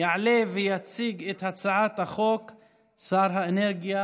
אנחנו עוברים לסעיף הבא בסדר-היום,